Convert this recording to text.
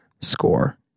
score